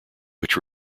which